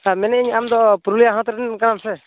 ᱦᱮᱸ ᱢᱮᱱᱮᱜ ᱟᱹᱧ ᱟᱢᱫᱚ ᱯᱩᱨᱩᱞᱤᱭᱟᱹ ᱦᱚᱱᱚᱛ ᱨᱮᱱ ᱠᱟᱱᱟᱢ ᱥᱮ